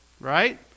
right